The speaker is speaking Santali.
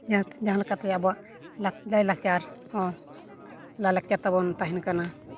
ᱡᱟᱦᱟᱸ ᱞᱮᱠᱟᱛᱮ ᱟᱵᱚᱣᱟᱜ ᱞᱟᱭᱼᱞᱟᱠᱪᱟᱨ ᱦᱚᱸ ᱞᱟᱭᱼᱞᱟᱠᱪᱟᱨ ᱛᱟᱵᱚᱱ ᱛᱟᱦᱮᱱ ᱠᱟᱱᱟ